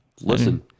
Listen